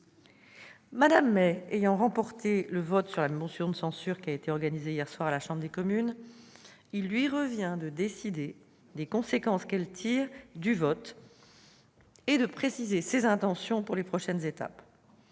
Mme May ayant remporté le vote sur la motion de censure qui a été organisé hier soir à la Chambre des communes, il lui revient de décider des conséquences qu'elle tire de ce rejet et de préciser ses intentions pour les prochaines étapes.